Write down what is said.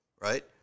Right